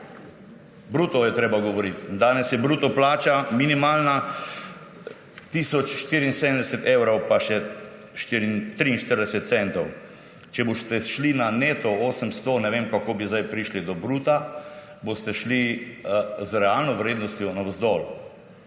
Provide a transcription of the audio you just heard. bruto je treba govoriti. In danes je minimalna bruto plača tisoč 74 evrov pa še 43 centov. Če boste šli na 800, ne vem, kako bi zdaj prišli do bruta, boste šli z realno vrednostjo navzdol.